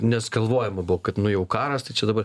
nes galvojama buvo kad nu jau karas tai čia dabar